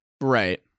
right